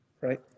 Right